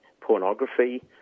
pornography